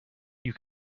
you